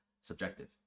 subjective